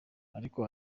ariko